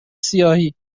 سیاهی